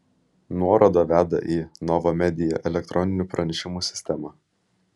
nuoroda veda į nova media elektroninių pranešimų sistemą